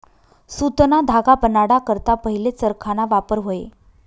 सुतना धागा बनाडा करता पहिले चरखाना वापर व्हये